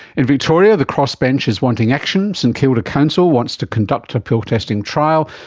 in victoria the crossbench is wanting action. st kilda council wants to conduct a pill testing trial,